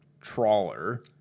trawler